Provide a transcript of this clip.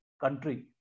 country